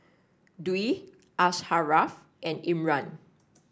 Dwi Asharaff and Imran